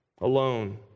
alone